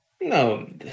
No